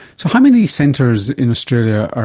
so how many centres in australia, ah